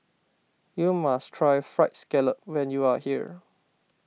you must try Fried Scallop when you are here